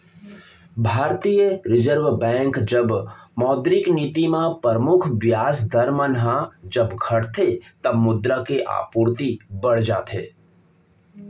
भारतीय reserve bank जब मौद्रिक नीति म परमुख बियाज दर मन ह जब घटाथे तब मुद्रा के आपूरति बड़ जाथे